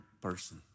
person